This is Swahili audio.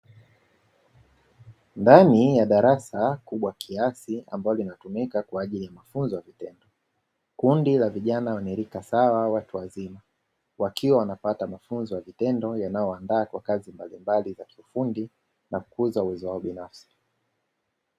Ndani ya darasa kubwa la kisasa ambalo linatumika kwa ajili ya mafunzo kundi la vijana wenye rika sawa, wakiwa wanapata mafunzo ya vitendo yanayowafaa kwa kazi mbalimbali za kiufundi na kukuza uwezo binafsi.